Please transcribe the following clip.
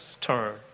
turn